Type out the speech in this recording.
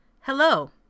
Hello